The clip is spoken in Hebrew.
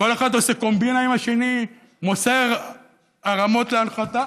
כל אחד עושה קומבינה עם השני, מוסר הרמות להנחתה: